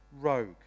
rogue